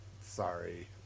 sorry